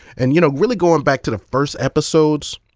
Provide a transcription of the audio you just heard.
and, you know, really going back to the first episodes,